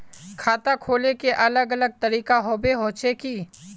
खाता खोले के अलग अलग तरीका होबे होचे की?